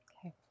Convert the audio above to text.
Okay